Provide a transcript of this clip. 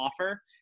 offer